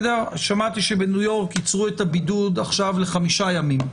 שמעתי שבניו יורק קיצרו את הבידוד עכשיו לחמישה ימים.